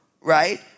right